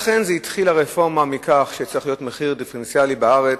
לכן התחילה הרפורמה מכך שצריך להיות מחיר דיפרנציאלי בארץ,